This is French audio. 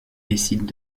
décident